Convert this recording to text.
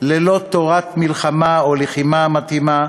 ללא תורת מלחמה או לחימה מתאימה,